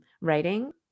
writing